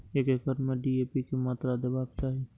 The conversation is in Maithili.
एक एकड़ में डी.ए.पी के मात्रा देबाक चाही?